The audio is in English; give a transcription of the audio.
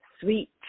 sweet